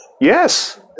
Yes